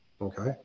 Okay